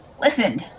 listen